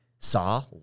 saw